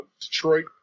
Detroit